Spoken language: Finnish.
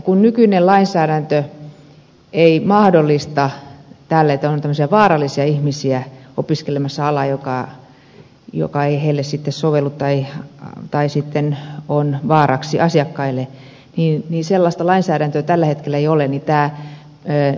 kun nykyisellään ei ole sellaista lainsäädäntöä on tällaisia vaarallisia ihmisiä opiskelemassa alaa joka ei heille sovellu tai sitten on vaaraksi asiakkaille niin ei sellaista lainsäädäntö tällä hetkellä ei ole mitään tee